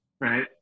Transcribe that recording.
Right